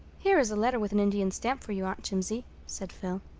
here is a letter with an indian stamp for you, aunt jimsie, said phil.